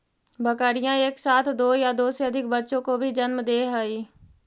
बकरियाँ एक साथ दो या दो से अधिक बच्चों को भी जन्म दे हई